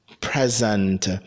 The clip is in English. present